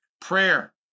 prayer